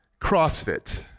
CrossFit